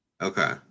Okay